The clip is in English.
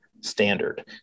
standard